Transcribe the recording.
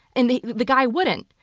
and the the guy wouldn't.